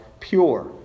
pure